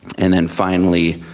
and then finally,